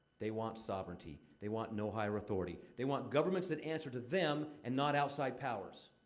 they want sovereignty. they want no higher authority. they want governments that answer to them and not outside powers.